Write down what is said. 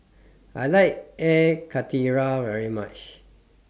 I like Air Karthira very much